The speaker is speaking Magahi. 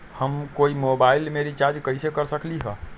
हम कोई मोबाईल में रिचार्ज कईसे कर सकली ह?